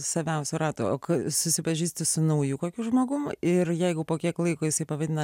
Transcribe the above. saviausio rato o kai susipažįsti su nauju kokiu žmogum ir jeigu po kiek laiko jisai pavadina